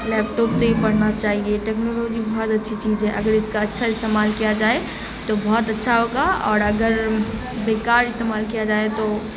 laptop سے ہی پڑھنا چاہیے ٹیکنالوجی بہت اچھی چیز ہے اگر اس کا اچھا استعمال کیا جائے تو بہت اچھا ہوگا اور اگر بیکار استعمال کیا جائے تو